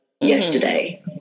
yesterday